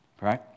right